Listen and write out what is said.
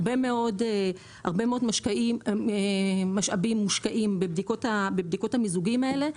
הרבה מאוד משאבים מושקעים בבדיקות המיזוגים האלה,